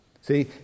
See